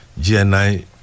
GNI